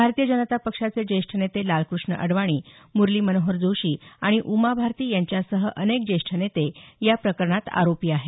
भारतीय जनता पक्षाचे ज्येष्ठ नेते लालकृष्ण अडवाणी मुरलीमनोहर जोशी आणि उमा भारती यांच्यासह अनेक ज्येष्ठ नेते या प्रकरणात आरोपी आहेत